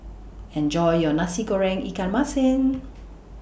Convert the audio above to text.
Enjoy your Nasi Goreng Ikan Masin